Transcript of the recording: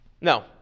No